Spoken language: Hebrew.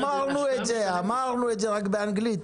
אמרנו את זה רק באנגלית.